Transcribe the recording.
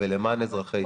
ולמען אזרחי ישראל.